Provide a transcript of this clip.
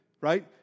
Right